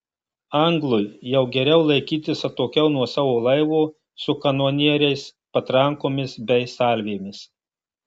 anglui jau geriau laikytis atokiau nuo savo laivo su kanonieriais patrankomis bei salvėmis